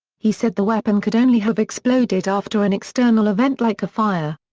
he said the weapon could only have exploded after an external event like a fire.